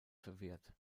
verwehrt